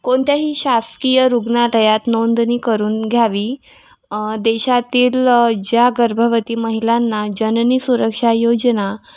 कोणत्याही शासकीय रुग्णातयात नोंदणी करून घ्यावी देशातील ज्या गर्भवती महिलांना जननी सुरक्षा योजना